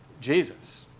Jesus